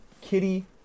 Kitty